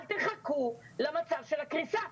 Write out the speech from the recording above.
אל תחכו למצב של הקריסה.